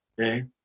okay